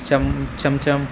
چم چم چم